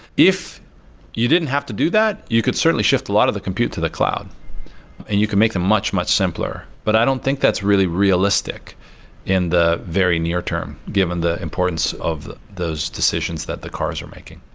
if you didn't have to do that, you could certainly shift a lot of the compute compute to the cloud and you can make them much, much simpler, but i don't think that's really realistic in the very near term, given the importance of those decisions that the cars are making.